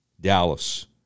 Dallas